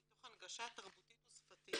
תוך הנגשה תרבותית ושפתית